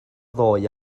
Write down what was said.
ddoe